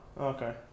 Okay